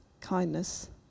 kindness